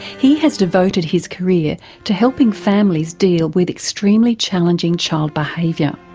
he has devoted his career to helping families deal with extremely challenging child behaviour,